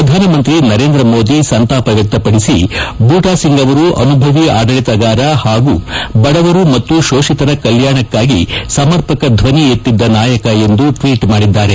ಪ್ರಧಾನಮಂತ್ರಿ ನರೇಂದ್ರಮೋದಿ ಸಂತಾಪ ವ್ಯಕ್ತಪಡಿಸಿ ಬೂಟಾಸಿಂಗ್ ಅವರು ಅನುಭವಿ ಆಡಳಿತಗಾರ ಹಾಗೂ ಬಡವರ ಮತ್ತು ಶೋಷಿತರ ಕಲ್ಕಾಣಕ್ಕಾಗಿ ಸಮರ್ಪಕ ಧ್ವನಿ ಎತ್ತಿದ್ದ ನಾಯಕ ಎಂದು ಟ್ವೀಟ್ ಮಾಡಿದ್ದಾರೆ